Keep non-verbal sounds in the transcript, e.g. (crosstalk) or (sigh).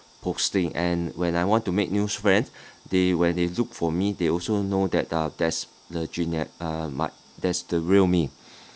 posting and when I want to make new friend they when they look for me they also know that uh that's the geniu~ um my that's the real me (breath)